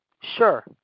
Sure